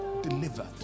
delivered